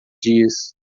dias